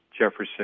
Jefferson